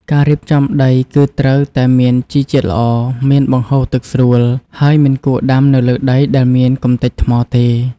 ការរៀបចំដីគឺត្រូវតែមានជីជាតិល្អ មានបង្ហូរទឹកស្រួល ហើយមិនគួរដាំនៅលើដីដែលមានកម្ទេចថ្មទេ។